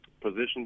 position